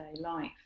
life